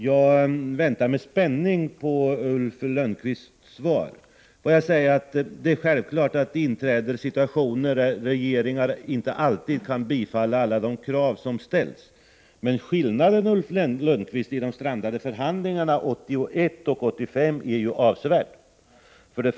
Jag väntar med spänning på Ulf Lönnqvists svar. Det är självfallet så att det uppstår situationer då regeringar inte alltid kan bifalla alla de krav som ställs. Men skillnaden mellan de förhandlingar som strandade 1981 och de som strandade i år 1985 är ju avsevärd, Ulf Lönnqvist.